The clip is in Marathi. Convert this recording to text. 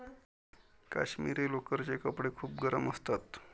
काश्मिरी लोकरचे कपडे खूप गरम असतात